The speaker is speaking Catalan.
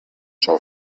sol